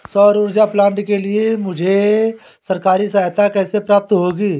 सौर ऊर्जा प्लांट के लिए मुझे सरकारी सहायता कैसे प्राप्त होगी?